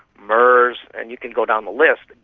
mers, and you can go down the list,